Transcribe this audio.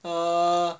err